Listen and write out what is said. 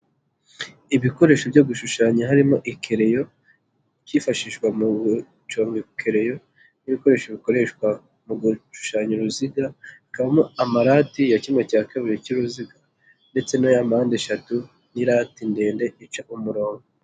Ibikoresho byo gushushanya harimo ikereyo, ibyifashishwa mu gucongaikereyo n'ibikoresho bikoreshwa mu gushushanya uruziga hakamo amarati ya cyimwe cya kabiri cy'uruziga ndetse na ya mpande eshatu n'irate ndende ica umurongo.